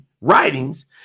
writings